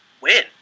win